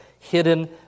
hidden